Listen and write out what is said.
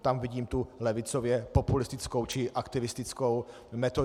Tam vidím tu levicově populistickou či aktivistickou metodu.